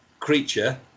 Creature